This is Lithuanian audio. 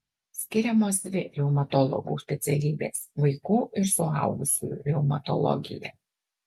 skiriamos dvi reumatologų specialybės vaikų ir suaugusiųjų reumatologija